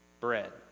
bread